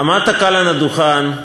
עמדת כאן על הדוכן,